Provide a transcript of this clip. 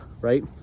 right